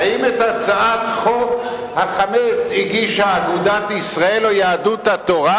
האם את הצעת חוק החמץ הגישה אגודת ישראל או יהדות התורה?